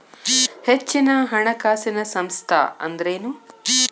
ಹೆಚ್ಚಿನ ಹಣಕಾಸಿನ ಸಂಸ್ಥಾ ಅಂದ್ರೇನು?